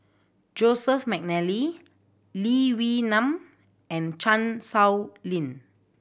Joseph McNally Lee Wee Nam and Chan Sow Lin